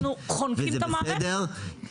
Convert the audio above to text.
וזה בסדר.